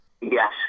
Yes